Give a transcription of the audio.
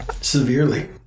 severely